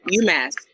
UMass